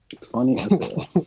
Funny